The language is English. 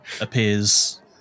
appears